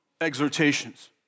exhortations